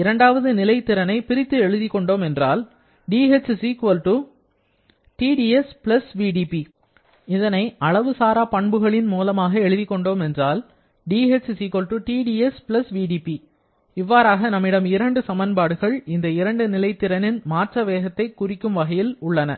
இரண்டாவது நிலை திறனை பிரித்து எடுத்துக்கொண்டோம் என்றால் dh Tds vdP இதனை அளவு சாரா பண்புகளில் மூலமாக எழுதிக் கொண்டோம் என்றால் dHTdS VdP இவ்வாறாக நம்மிடம் இரண்டு சமன்பாடுகள் இந்த இரண்டு நிலை திறனின் மாற்ற வேகத்தை குறிக்கும் வகையில் உள்ளன